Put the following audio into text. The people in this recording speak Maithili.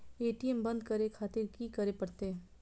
ए.टी.एम बंद करें खातिर की करें परतें?